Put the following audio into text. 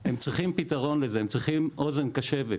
הם צריכים פתרון לזה, הם צריכים אוזן קשבת,